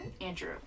Andrew